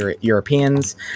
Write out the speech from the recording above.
Europeans